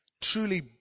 truly